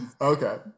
okay